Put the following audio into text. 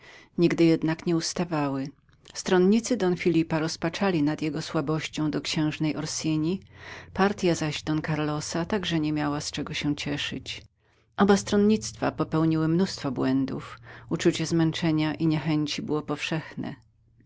nigdy jednak nie kończyły stronnicy don phelipa rozpaczali nad jego słabością do księżnej ursini partya zaś don carlosa także nie miała z czego się cieszyć oba stronnictwa popełniły mnóstwo błędów uczucie zmęczenia i niechęci było powszechnem